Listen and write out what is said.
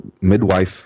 midwife